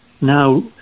now